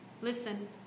Listen